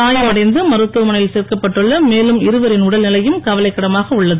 காயமடைந்து மருத்துவமனையில் சேர்க்கப்பட்டுள்ள மேலும் இருவரின் உடல் நிலையும் கவலைக்கிடமாக உள்ளது